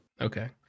Okay